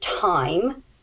time